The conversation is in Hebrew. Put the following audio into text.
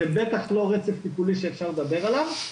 זה בטח לא רצף טיפולי שאפשר לדבר עליו.